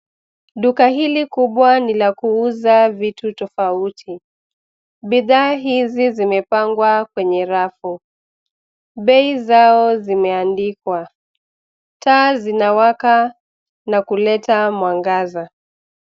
Duka hili kubwa ni la kuuza vitu tofauti. Bidhaa hizi zimepangwa kwenye rafu. Bei zao zimeandikwa. Taa zinawaka na kuleta mwangaza.